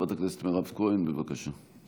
חברת הכנסת מירב כהן, בבקשה.